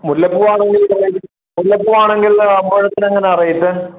മുല്ലപ്പൂ ആണെങ്കിൽ മുല്ലപ്പൂ ആണെങ്കിൽ മുഴത്തിന് എങ്ങനെയാ റേറ്റ്